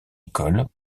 école